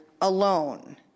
alone